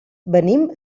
venim